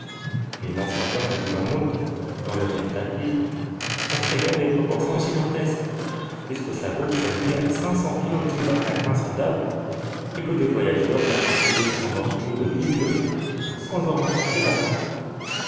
l'immense caverne du mammouth dans le kentucky offrait bien des proportions gigantesques puisque sa voûte s'élevait à cinq cents pieds au-dessus d'un lac insondable et que des voyageurs la parcoururent pendant plus de dix lieues sans en rencontrer la